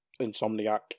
insomniac